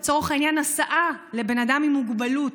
לצורך העניין: הסעה לבן אדם עם מוגבלות,